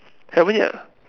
haven't yet ah